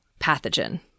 pathogen